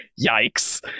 Yikes